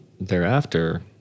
thereafter